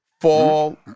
Fall